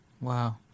Wow